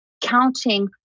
counting